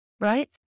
right